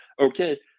Okay